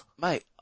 mate